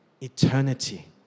eternity